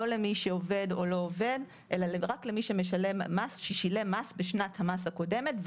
לא למי שעובד או לא עובד אלא רק למי ששילם מס בשנת המס הקודמת,